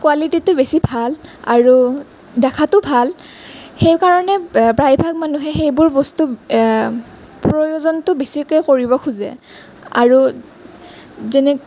কোৱালিটিটো বেছি ভাল আৰু দেখাতো ভাল সেইকাৰণে প্ৰায়ভাগ মানুহে সেইবোৰ বস্তু প্ৰয়োজনটো বেছিকৈ কৰিব খোজে আৰু যেনে